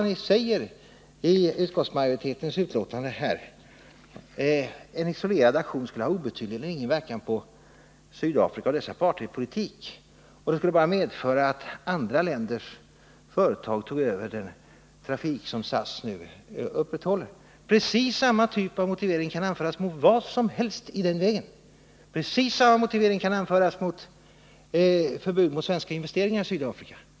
Ni säger i utskottsmajoritetens betänkande att en isolerad aktion skulle ha obetydlig eller ingen verkan på Sydafrika och dess apartheidpolitik och bara skulle medföra att andra länders företag tog över den trafik som SAS nu upprätthåller — och precis samma typ av motivering kan ju anföras mot vad som helst i den vägen. Precis samma typ av motivering kan anföras mot förbud mot svenska investeringar i Sydafrika.